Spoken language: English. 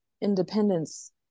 independence